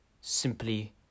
simply